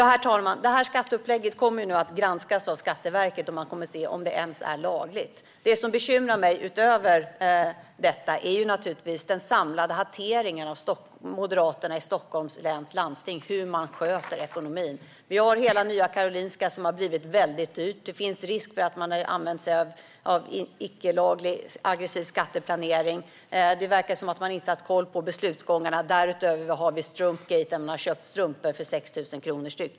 Herr talman! Detta skatteupplägg kommer nu att granskas av Skatteverket, som ska titta på om det ens är lagligt. Det som bekymrar mig utöver detta är naturligtvis moderaternas samlade hantering i Stockholms läns landsting och hur de sköter ekonomin. Vi har hela Nya Karolinska som har blivit väldigt dyrt. Det finns risk för att man har använt sig av icke-laglig aggressiv skatteplanering. Det verkar som om man inte har haft koll på beslutsgångarna. Därutöver har vi strumpgate där strumpor har köpts för 6 000 kronor styck.